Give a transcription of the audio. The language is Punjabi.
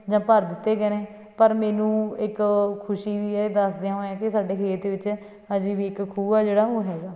ਜਾਂ ਭਰ ਦਿੱਤੇ ਗਏ ਨੇ ਪਰ ਮੈਨੂੰ ਇੱਕ ਖੁਸ਼ੀ ਵੀ ਇਹ ਦੱਸਦਿਆਂ ਹੋਇਆ ਕਿ ਸਾਡੇ ਖੇਤ ਵਿੱਚ ਹਜੇ ਵੀ ਇੱਕ ਖੂਹ ਆ ਜਿਹੜਾ ਉਹ ਹੈਗਾ